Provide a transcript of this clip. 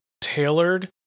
tailored